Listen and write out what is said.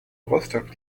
rostock